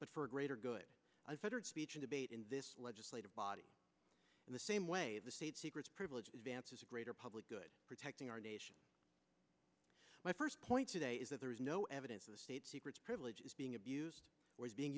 but for a greater good unfettered speech and debate in this legislative body in the same way the state secrets privilege vance's a greater public good protecting our nation my first point today is that there is no evidence the state secrets privilege is being abused or is being